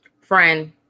friend